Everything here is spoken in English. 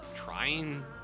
trying